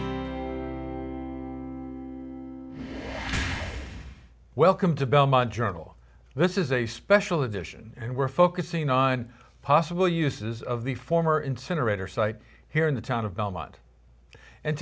welcome to belmont journal this is a special edition and we're focusing on possible uses of the former incinerator site here in the town of belmont and